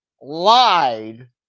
lied